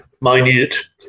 minute